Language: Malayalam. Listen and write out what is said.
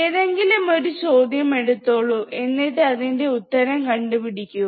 ഏതെങ്കിലും ഒരു ചോദ്യം എടുത്തോളൂ എന്നിട്ട് അതിന്റെ ഉത്തരം കണ്ടുപിടിക്കൂ